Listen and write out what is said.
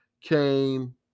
came